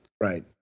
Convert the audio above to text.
Right